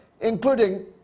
including